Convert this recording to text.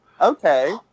Okay